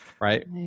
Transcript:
right